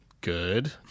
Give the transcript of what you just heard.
good